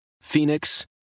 Phoenix